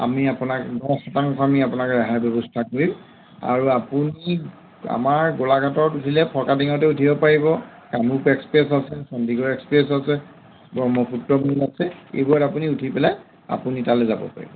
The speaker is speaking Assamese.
আমি আপোনাক দহ শতাংশ আমি আপোনাক ৰেহাই ব্যৱস্থা কৰিম আৰু আপুনি আমাৰ গোলাঘাটত উঠিলে ফৰকাটিঙতে উঠিব পাৰিব কামৰূপ এক্সপ্ৰেছ আছে চন্দিগড় এক্সপ্ৰেছ আছে ব্ৰহ্মপুত্ৰ মেইল আছে এইবোৰত আপুনি উঠি পেলাই আপুনি তালৈ যাব পাৰিব